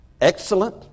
excellent